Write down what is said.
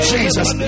Jesus